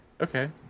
Okay